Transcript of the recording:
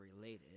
related